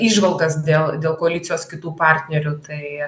įžvalgas dėl dėl koalicijos kitų partnerių tai